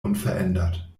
unverändert